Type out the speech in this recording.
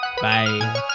Bye